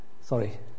sorry